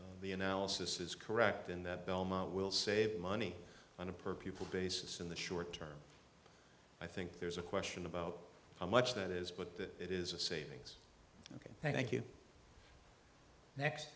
the analysis is correct in that belmont will save money on a per pupil basis in the short term i think there's a question about how much that is but it is a savings ok thank you